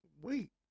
wait